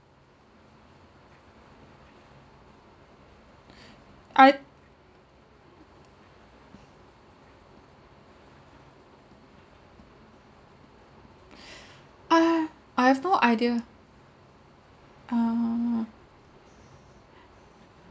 I I I have no idea err